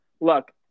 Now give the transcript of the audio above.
look